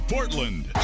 Portland